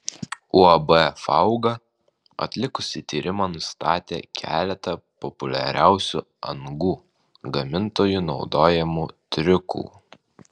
uab fauga atlikusi tyrimą nustatė keletą populiariausių angų gamintojų naudojamų triukų